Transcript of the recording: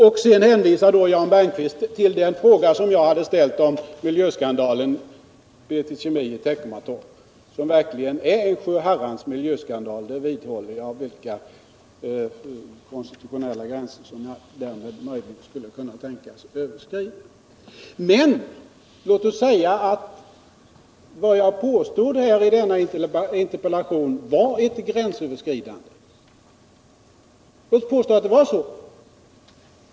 Jan Bergqvist hänvisade då till en fråga som jag hade ställt om miljöskandalen BT Kemi i Teckomatorp — som verkligen är en sjuherrans miljöskandal, det vidhåller jag, vilka konstitutionella gränser jag därmed än skulle kunna tänkas tangera. Men låt oss säga att vad jag påstod i min interpellation var ett gränsöverskridande.